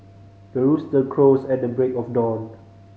the rooster crows at the break of dawn